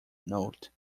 note